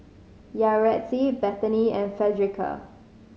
Yaretzi Bethany and Fredericka